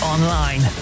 Online